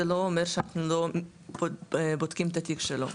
זה לא אומר שאנחנו לא בודקים את התיק שלו.